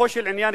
לגופו של עניין,